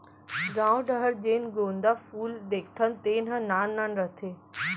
गॉंव डहर जेन गोंदा फूल देखथन तेन ह नान नान रथे